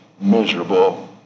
miserable